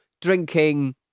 drinking